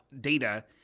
data